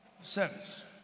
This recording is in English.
Service